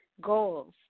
goals